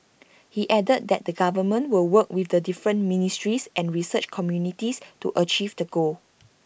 he added that the government will work with the different ministries and research communities to achieve the goal